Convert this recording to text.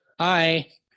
Hi